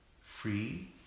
free